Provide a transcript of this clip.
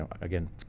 again